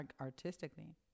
artistically